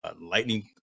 lightning